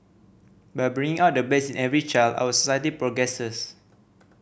by bringing out the best in every child our society progresses